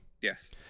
Yes